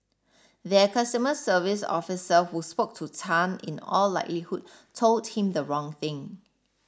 their customer service officer who spoke to Tan in all likelihood told him the wrong thing